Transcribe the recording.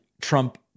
Trump